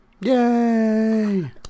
Yay